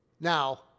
now